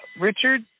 Richard